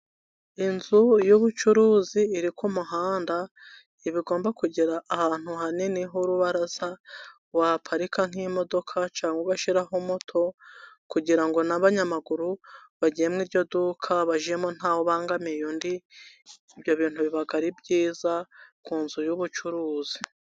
Inzu y'ubucuruzi iri ku muhanda, iba igomba kugira ahantu hanini h'urubaraza, waparika nk'imodoka cyangwa ugashyiraho moto, kugira ngo n'abanyamaguru bagiye mu iryo duka, bajyemo ntawe ubangamiye undi, ibyo bintu biba ari byiza ku nzu y'ubucuruzi.